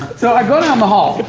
so i go down the hall,